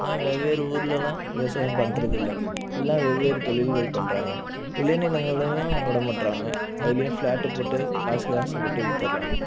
ஆனால் வெவ்வேறு ஊர்லல்லாம் விவசாயம் பண்ணுறது இல்லை எல்லாம் வெவ்வேறு தொழில்கள் பண்ணுறாங்க விளைநிலங்களையும் விடமாட்றாங்க அதிலயும் ஃப்ளாட் போட்டு காசுக்கு ஆசைப்பட்டு வித்துடுறாங்க